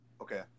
Okay